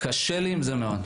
קשה לי עם זה מאוד.